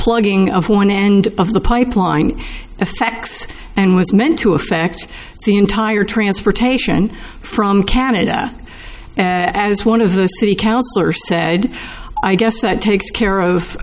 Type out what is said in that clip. plugging of one end of the pipeline effects and was meant to affect the entire transportation from canada as one of the city councilors said i guess that takes care of